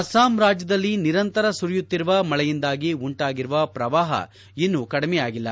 ಅಸ್ಲಾಂ ರಾಜ್ಯದಲ್ಲಿ ನಿರಂತರ ಸುರಿಯುತ್ತಿರುವ ಮಳೆಯಿಂದಾಗಿ ಉಂಟಾಗಿರುವ ಪ್ರವಾಹ ಇನ್ನೂ ಕಡಿಮೆಯಾಗಿಲ್ಲ